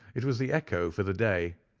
it was the echo for the day,